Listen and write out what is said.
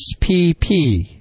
SPP